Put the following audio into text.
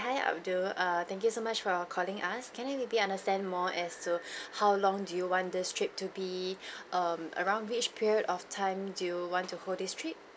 hi abdul err thank you so much for calling us can I maybe understand more as to how long do you want this trip to be um around which period of time do you want to hold this trip